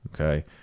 okay